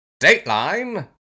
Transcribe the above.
Dateline